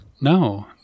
No